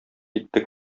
китте